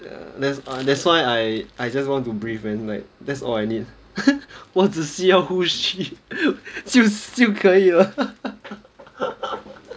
that that's that's why I I just want to breathe man like that's all I need 我只需要呼吸就就可以了